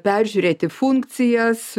peržiūrėti funkcijas